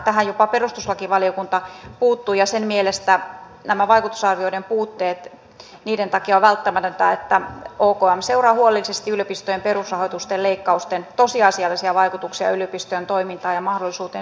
tähän jopa perustuslakivaliokunta puuttui ja sen mielestä vaikutusarvioinnin puutteiden takia on välttämätöntä että okm seuraa huolellisesti yliopistojen perusrahoitusten leikkausten tosiasiallisia vaikutuksia yliopistojen toimintaan ja mahdollisuuteen suoriutua tehtävistään